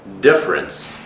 difference